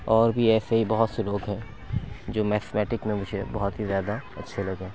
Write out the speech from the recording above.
اور بھی ایسے ہی بہت سے لوگ ہیں جو میتھمیٹک میں مجھے بہت ہی زیادہ اچھے لگے